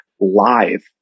live